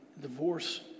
divorce